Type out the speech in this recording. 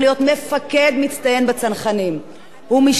הוא משתחרר והוא לא שוכח את החברים שלו מהבית,